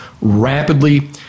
rapidly